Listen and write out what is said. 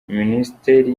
ministeri